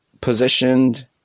positioned